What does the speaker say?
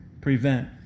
prevent